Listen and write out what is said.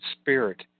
spirit